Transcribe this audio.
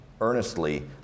earnestly